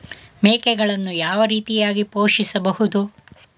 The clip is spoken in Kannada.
ಮೇಕೆಗಳನ್ನು ಯಾವ ರೀತಿಯಾಗಿ ಪೋಷಿಸಬಹುದು?